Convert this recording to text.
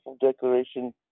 declaration